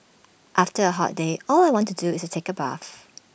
after A hot day all I want to do is take A bath